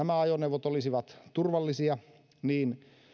käyttää nämä ajoneuvot olisivat turvallisia niin